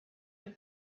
and